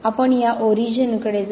आपण या ओरिजिन कडे जाऊ